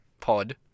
pod